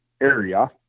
area